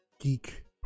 geek